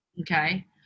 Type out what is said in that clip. Okay